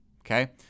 okay